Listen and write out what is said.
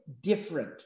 different